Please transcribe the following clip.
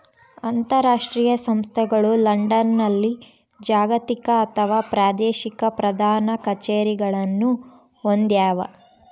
ಅಂತರಾಷ್ಟ್ರೀಯ ಸಂಸ್ಥೆಗಳು ಲಂಡನ್ನಲ್ಲಿ ಜಾಗತಿಕ ಅಥವಾ ಪ್ರಾದೇಶಿಕ ಪ್ರಧಾನ ಕಛೇರಿಗಳನ್ನು ಹೊಂದ್ಯಾವ